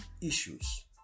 issues